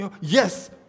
Yes